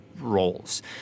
roles